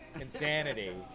insanity